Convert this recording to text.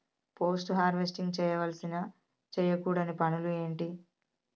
Post harvesting చేయవలసిన చేయకూడని పనులు ఏంటి?